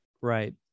Right